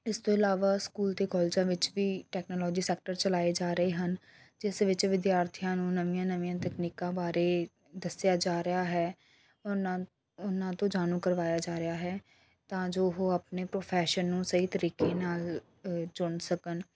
ਇਸ ਤੋਂ ਇਲਾਵਾ ਸਕੂਲ ਅਤੇ ਕਾਲਜਾਂ ਵਿੱਚ ਵੀ ਟੈਕਨੋਲੋਜੀ ਸੈਕਟਰ ਚਲਾਏ ਜਾ ਰਹੇ ਹਨ ਜਿਸ ਵਿੱਚ ਵਿਦਿਆਰਥੀਆਂ ਨੂੰ ਨਵੀਆਂ ਨਵੀਆਂ ਤਕਨੀਕਾਂ ਬਾਰੇ ਦੱਸਿਆ ਜਾ ਰਿਹਾ ਹੈ ਉਹਨਾਂ ਉਹਨਾਂ ਤੋਂ ਜਾਣੂ ਕਰਵਾਇਆ ਜਾ ਰਿਹਾ ਹੈ ਤਾਂ ਜੋ ਉਹ ਆਪਣੇ ਪ੍ਰੋਫੈਸ਼ਨ ਨੂੰ ਸਹੀ ਤਰੀਕੇ ਨਾਲ ਅ ਚੁਣ ਸਕਣ